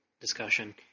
discussion